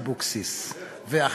של חברת הכנסת אורלי לוי אבקסיס ואחרים.